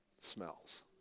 smells